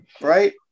Right